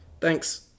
thanks